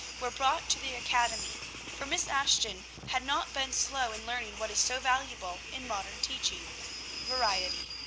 were brought to the academy for miss ashton had not been slow in learning what is so valuable in modern teaching variety.